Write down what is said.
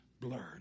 blurred